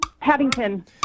Paddington